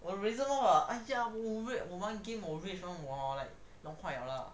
我的 razer mouse ah !aiya! 我玩 game 我 rage 弄坏 liao lah